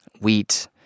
wheat